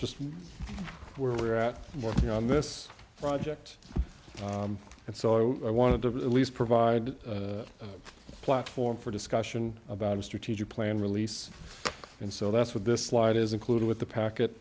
just where we're at more on this project and so i wanted to at least provide a platform for discussion about a strategic plan release and so that's what this slide is included with the packet